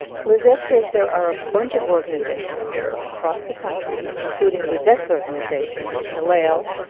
lizette says there are a bunch of organizations across the country, including lizette's organization naleo,